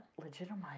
legitimize